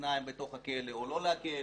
פלסטינאים בתוך הכלא או לא להקל.